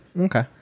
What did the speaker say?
Okay